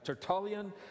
Tertullian